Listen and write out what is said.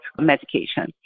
medication